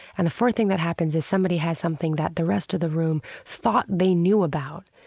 and the fourth thing that happens is somebody has something that the rest of the room thought they knew about,